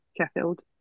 Sheffield